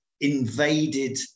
invaded